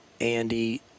Andy